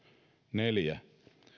neljä